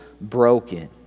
broken